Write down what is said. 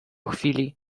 chwili